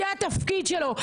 זה התפקיד שלו,